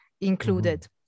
included